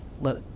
let